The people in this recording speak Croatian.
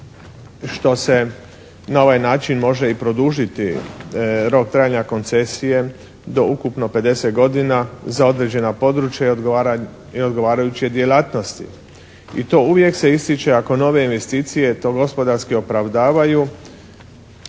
što se na ovaj način može i produžiti rok trajanja koncesije do ukupno 50 godina za određena područja i odgovarajuće djelatnosti. I to uvijek se ističe ako nove investicije to gospodarski opravdavaju.